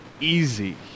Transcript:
Easy